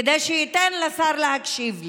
כדי שייתן לשר להקשיב לי.